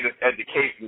education